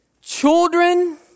children